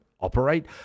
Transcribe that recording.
operate